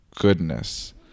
goodness